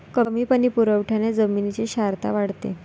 कमी पाणी पुरवठ्याने जमिनीची क्षारता वाढते